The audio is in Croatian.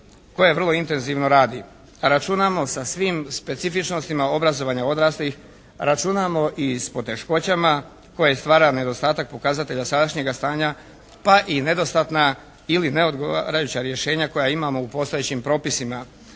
koje vrlo intenzivno radi. Računamo sa svim specifičnostima obrazovanja odraslih, računamo i s poteškoćama koje stvara nedostatak pokazatelja sadašnjega stanja pa i nedostatna ili neodgovarajuća rješenja koja imamo u postojećim propisima,